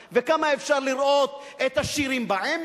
כמה אפשר לראות את "פרפר נחמד" וכמה אפשר לראות את "השירים בעמק"?